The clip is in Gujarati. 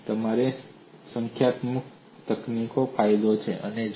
તેથી તે તમારી સંખ્યાત્મક તકનીકોનો ફાયદો છે